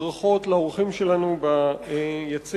וברכות לאורחים שלנו ביציע,